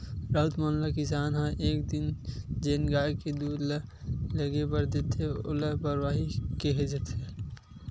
राउत मन ल किसान ह एक दिन जेन गाय के दूद ल लेगे बर देथे ओला बरवाही केहे जाथे